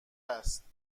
است